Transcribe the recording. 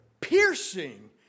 piercing